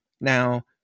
Now